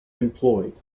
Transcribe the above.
employed